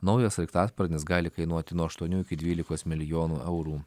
naujas sraigtasparnis gali kainuoti nuo aštuonių iki dvylikos milijonų eurų